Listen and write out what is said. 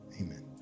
amen